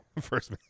first